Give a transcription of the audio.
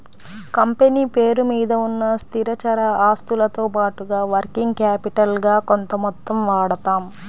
company పేరు మీద ఉన్న స్థిరచర ఆస్తులతో పాటుగా వర్కింగ్ క్యాపిటల్ గా కొంత మొత్తం వాడతాం